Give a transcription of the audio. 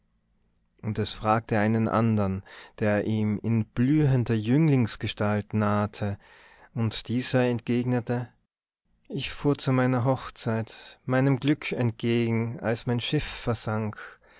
und es fragte einen andern der ihm in blühender jünglingsgestalt nahte und dieser entgegnete ich fuhr zu meiner hochzeit meinem glück entgegen als mein schiff versank